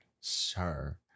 Sir